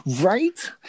Right